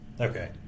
okay